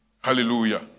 Hallelujah